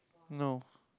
no